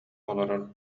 олорор